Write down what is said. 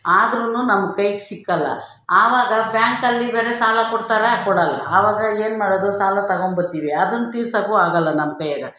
ಆದರೂ ನಮ್ಮ ಕೈಗೆ ಸಿಕ್ಕಲ್ಲ ಆವಾಗ ಬ್ಯಾಂಕಲ್ಲಿ ಬೇರೆ ಸಾಲ ಕೊಡ್ತಾರಾ ಕೊಡಲ್ಲ ಆವಾಗ ಏನ್ಮಾಡೋದು ಸಾಲ ತಗೊಂಡ್ಬರ್ತೀವಿ ಅದನ್ನ ತಿರ್ಸೋಕೂ ಆಗಲ್ಲ ನಮ್ಮ ಕೈಯ್ಯಾಗ